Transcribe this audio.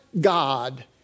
God